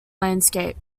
landscape